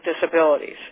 disabilities